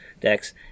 decks